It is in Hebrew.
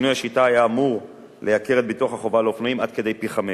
שינוי השיטה היה אמור לייקר את ביטוח החובה לאופנועים עד כדי פי-חמישה.